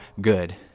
good